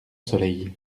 soleil